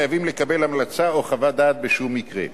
חייב לקבל המלצה או חוות דעת בשום מקרה.